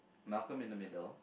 Malcolm in the Middle